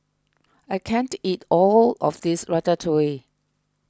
I can't eat all of this Ratatouille